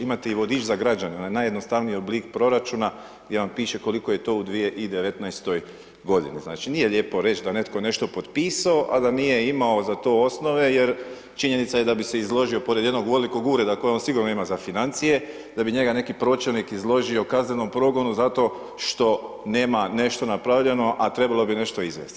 Imate i vodič za građane, onaj najjednostavniji oblik proračuna, gdje vam piše koliko je to u 2019. g. Znači nije lijepo reći, da je netko nešto potpisao, a da nije imao za to osnove, jer činjenica da bi se izložio, pored jednog velikog ureda, koji on sigurno ima za financije, da bi njega neki pročelnik izložio kaznenom progonu, zato što nema nešto napravljeno, a trebalo bi nešto izvesti.